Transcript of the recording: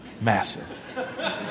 Massive